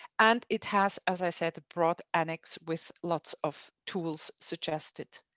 and it has, as i said, the broad anex with lots of tools suggested.